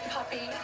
Puppy